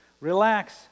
Relax